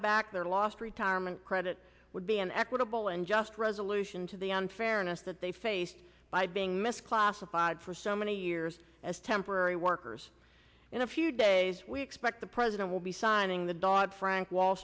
back their last retirement credit would be an equitable and just resolution to the unfairness that they faced by being misclassified for so many years as temporary workers in a few days we expect the president will be signing the dog frank wall